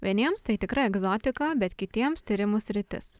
vieniems tai tikra egzotika bet kitiems tyrimų sritis